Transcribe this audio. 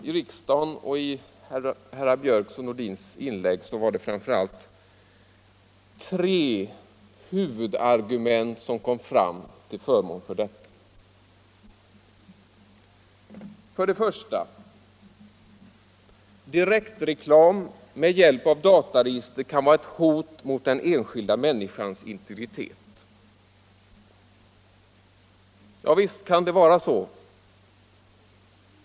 I herrar Björcks i Nässjö och Nordins inlägg kom det fram framför allt tre huvudargument till förmån för detta. Det första huvudargumentet är: Direktreklam med hjälp av dataregister kan vara ett hot mot den enskilda människans integritet. Ja, visst kan det vara så.